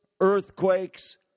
earthquakes